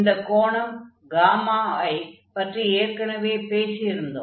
இந்தக் கோணம் ஐ பற்றி ஏற்கெனவே பேசியிருந்தோம்